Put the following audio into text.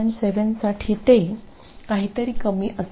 7 साठी ते काहीतरी कमी असेल